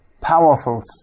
powerful